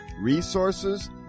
resources